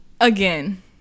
Again